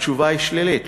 והתשובה היא שלילית,